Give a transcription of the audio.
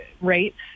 rates